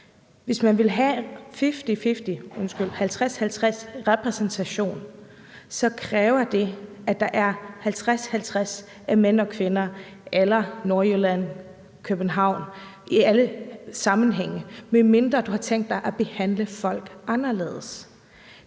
Hvis man vil have 50-50-repræsentation, kræver det, at der er 50-50-fordeling i forhold til mænd og kvinder eller i forhold til Nordjylland og København i alle sammenhænge, medmindre man har tænkt sig at behandle folk forskelligt,